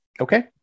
Okay